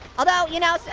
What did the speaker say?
although, you know,